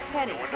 Penny